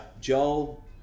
Joel